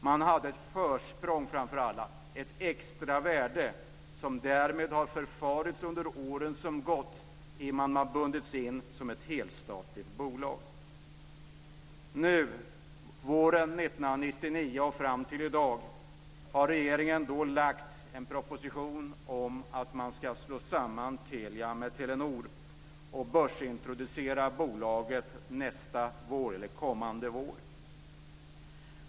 Man hade ett försprång framför alla, ett extra värde, som därmed har förfarits under åren som gått genom att man har bundits in som ett helstatligt bolag. Under våren 1999 och fram till i dag har regeringen arbetat med en proposition som sedan har lagts fram om att man ska slå samman Telia med Telenor och börsintroducera bolaget kommande vår.